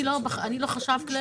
אני לא חשב כללי,